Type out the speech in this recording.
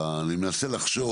מנסה לחשוב,